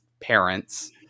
parents